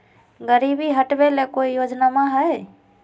गरीबी हटबे ले कोई योजनामा हय?